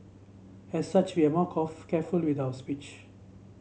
as such we are more careful with our speech